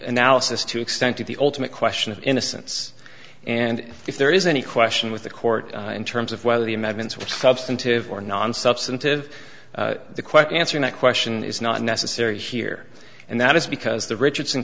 analysis to extend to the ultimate question of innocence and if there is any question with the court in terms of whether the amendments were substantive or non substantive quite answer that question is not necessary here and that is because the richardson